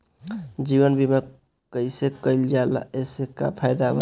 जीवन बीमा कैसे कईल जाला एसे का फायदा बा?